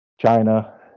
China